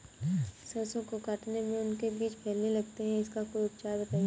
सरसो को काटने में उनके बीज फैलने लगते हैं इसका कोई उपचार बताएं?